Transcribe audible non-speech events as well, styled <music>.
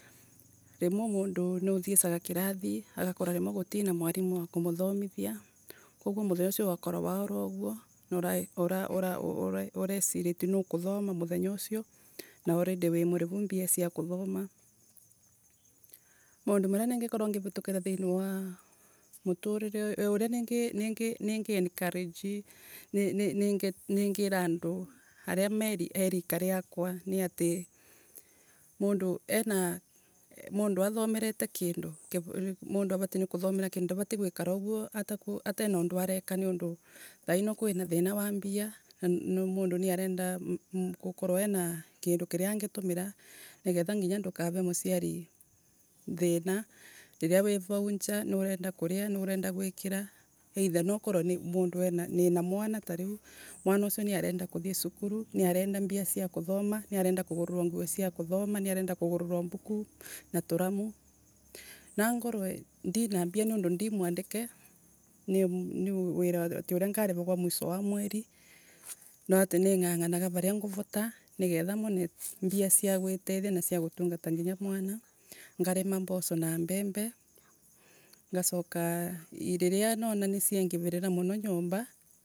Rimwe mundu niathiesaga kirathiagakora rimwe gutiena mwarimu wa kumuthomithia koguo muthenya ucio ugakorwa waura uguo. Urae <hesitation> ureciretie muukuthama muthenya ucio. Na urindi wi murivu mbia cia kuthoma. Maundu maria ningikonwa ngivitukira thiini wa muturire uyu, uria ninginingi <hesitation> ningiericouragee, ningi. ningira andu aria me erika riakwa, niati mundu eriamundu athomerete kindu <hesitation> mundu avatie kuthomera kindu ndaviate guiikara uguo taku. atena undu areka niundu thaino kwina thinawa mbia, namundu nia niarenda gukorwa ena kindu kiria angitumira, nigetha nginya ndukave muciari thina riria wi vau nja riurenda kuria, nurenda guikara. either nookorwe nina mundu erianina mwana tariu, mwana ucio niarenda kuthie cukuru, niarenda mbia cia kuthama, niarenda kugurirwa nguo cia kuthoma, niarenda kugurirwa mbuku na tulamu. Naangorwendina mbia niundu ndi mwandike <hesitation> ati uria ngarivagwa mwico wa mweri no ati ninganganaga varia nguvota nigetha muno mbia cia guitethia na cia gutungata nginya mwana, ngarima mboco na mbembe, ngacokaariria nona niciengiririra muno nyomba.